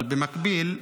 אבל במקביל,